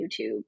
youtube